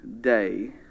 day